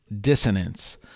dissonance